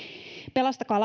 pelastakaa